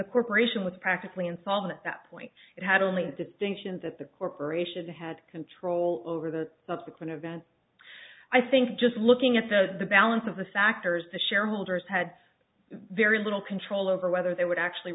the corporation with practically insolvent at that point it had only distinctions at the corporation had control over the subsequent events i think just looking at the balance of the factors the shareholders had very little control over whether they would actually